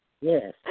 Yes